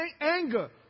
anger